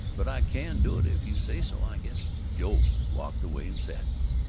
but i can do it if you say so i guess. joe walked away in sadness.